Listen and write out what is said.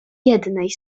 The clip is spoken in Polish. jednej